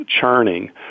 churning